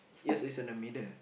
yours is on the middle